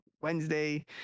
wednesday